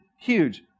huge